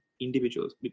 individuals